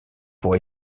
pour